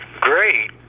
great